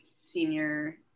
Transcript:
senior